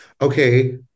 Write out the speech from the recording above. okay